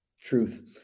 Truth